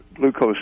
glucose